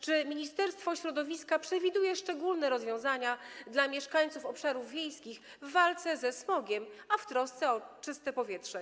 Czy Ministerstwo Środowiska przewiduje szczególne rozwiązania dla mieszkańców obszarów wiejskich w walce ze smogiem, a w trosce o czyste powietrze?